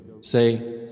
Say